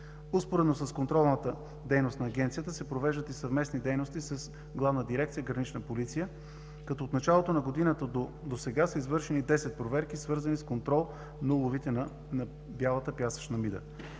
Успоредно с контролната дейност на Агенцията се провеждат и съвместни дейности с Главна дирекция „Гранична полиция“, като от началото на годината досега са извършени десет проверки, свързани с контрол на уловите на бялата пясъчна мида.